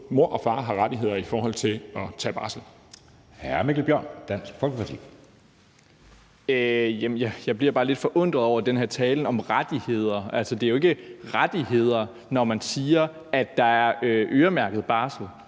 Hr. Mikkel Bjørn, Dansk Folkeparti. Kl. 15:42 Mikkel Bjørn (DF): Jamen jeg bliver bare lidt forundret over den her tale om rettigheder. Det er jo ikke rettigheder, når man siger, at der er øremærket barsel,